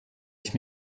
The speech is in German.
ich